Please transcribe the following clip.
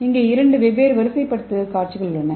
இங்கே இரண்டு வெவ்வேறு வரிசைப்படுத்தல் காட்சிகள் உள்ளன